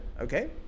okay